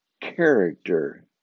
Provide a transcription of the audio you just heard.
character